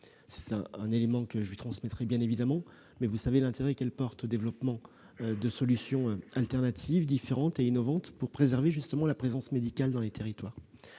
Bien évidemment, je lui transmettrai cet élément d'information et vous savez l'intérêt qu'elle porte au développement de solutions alternatives, différentes et innovantes pour préserver la présence médicale dans les territoires.